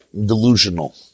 delusional